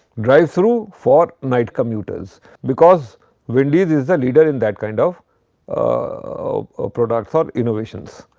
drive-thru for night commuters because wendy's is a leader in that kind of of products or innovations.